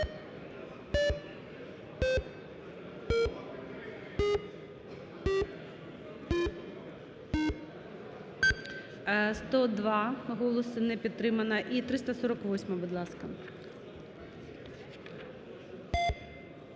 102 голоси. Не підтримана. І 348-а, будь ласка.